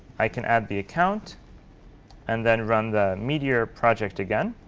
i can add the account and then run the meteor project again.